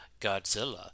Godzilla